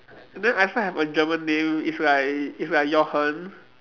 then I also have a German name it's like it's like Jochen